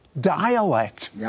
dialect